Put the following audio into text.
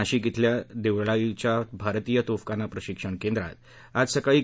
नाशिक इथल्या देवळालीच्या भारतीय तोफखाना प्रशिक्षण केंद्रांत आज सकाळी झाला